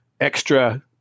extra